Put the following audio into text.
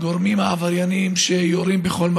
גויסו כבר מאות שוטרים לטובת שיפור השירות במגזר